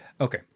Okay